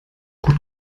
gut